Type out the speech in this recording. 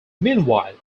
meanwhile